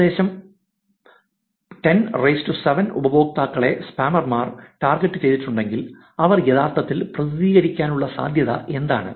ഏകദേശം 107 ഉപയോക്താക്കളെ സ്പാമർമാർ ടാർഗെറ്റുചെയ്തിട്ടുണ്ടെങ്കിൽ അവർ യഥാർത്ഥത്തിൽ പ്രതികരിക്കാനുള്ള സാധ്യത എന്താണ്